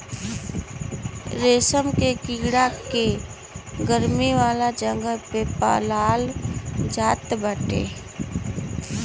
रेशम के कीड़ा के गरमी वाला जगह पे पालाल जात बाटे